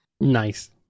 Nice